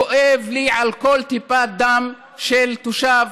כואב לי על כל טיפת דם של תושב.